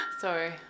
Sorry